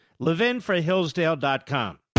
LevinForHillsdale.com